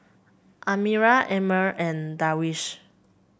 Amirah Ammir and Darwish